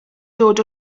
dod